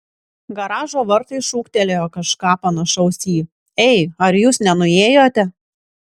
garažo vartai šūktelėjo kažką panašaus į ei ar jūs nenuėjote